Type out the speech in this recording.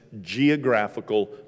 geographical